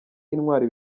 intwari